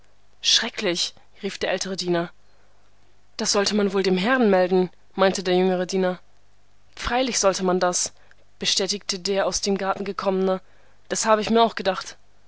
schrecklich rief der ältere diener das sollte man wohl dem herrn melden meinte der jüngere diener freilich sollte man das bestätigte der aus dem garten gekommene das habe ich mir auch gedacht